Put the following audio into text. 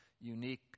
unique